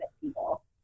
people